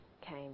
came